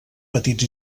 petits